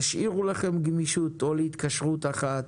תשאירו לכם גמישות, או להתקשרות אחת